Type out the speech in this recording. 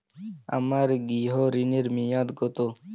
আমার গৃহ ঋণের মেয়াদ কত?